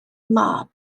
mab